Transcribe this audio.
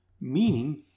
meaning